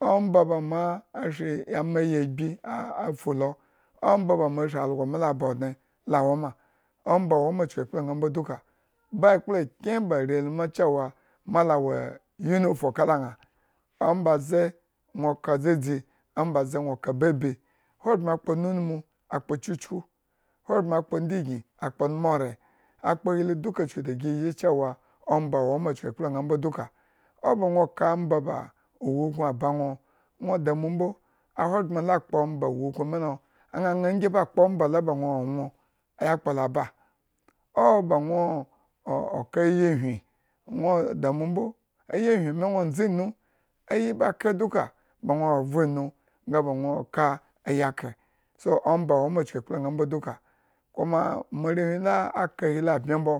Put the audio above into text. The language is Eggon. omba ba ma shri ama yi agbi afu lo, omba ba mo shri algo mi aba odne la wo ma. omba wo ma chuku ekpla ñaa duka ba ekpla kyen ba ari lu mu cewa ma la wo uniform kala ñaaamba ze nwo ka dzadzi omba ze nwo ka babi, ahogbren akpo ndgiyin akpon onmure, akpo ohi duka chukun da gi cewa omba wo me chuku ekpla ñaa mbo ahogbren la kpo omba ba wukun mi lo aña ngi a kpo omba la ba nwo, enwho enwho, ayakplala ba. owo ba nwo oka ayi whiñ, nwo o damu mbo, ayi ba kre duka nga ba nwo ba vre inu, nga ba nwo oka ayikre. omba woma chuku nekpla ñaa mbo duka kuma moarewhi la aka ohi lo.